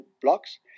blocks